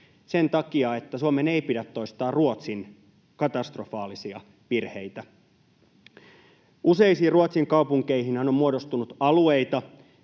Sen takia, että Suomen ei pidä toistaa Ruotsin katastrofaalisia virheitä. Useisiin Ruotsin kaupunkeihinhan on muodostunut alueita,